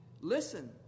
listen